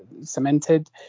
cemented